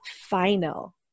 final